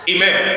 Amen